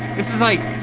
is like